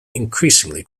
increasingly